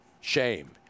shame